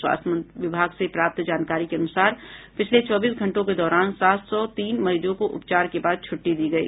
स्वास्थ्य विभाग से प्राप्त जानकारी के अनुसार पिछले चौबीस घंटों के दौरान सात सौ तीन मरीजों को उपचार के बाद छुट्टी दी गयी